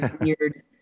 weird